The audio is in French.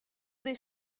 des